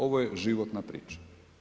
Ovo je životna priča.